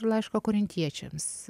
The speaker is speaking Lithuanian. ar laiško korintiečiams